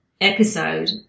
episode